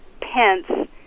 Pence